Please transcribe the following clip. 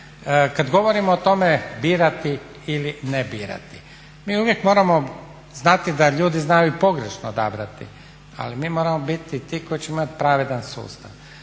Kad govorimo o tome birati ili ne birati, mi uvijek moramo znati da ljudi znaju i pogrešno odabrati ali mi moramo biti ti koji ćemo imati pravedan sustav.